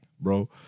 bro